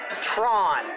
Tron